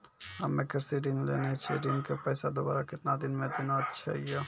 हम्मे कृषि ऋण लेने छी ऋण के पैसा दोबारा कितना दिन मे देना छै यो?